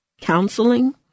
counseling